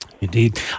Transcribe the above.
Indeed